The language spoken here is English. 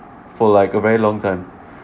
for like a very long time